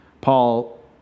Paul